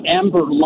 amber